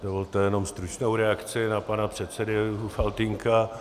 Dovolte jenom stručnou reakci na pana předsedu Faltýnka.